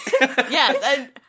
Yes